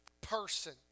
person